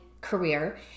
career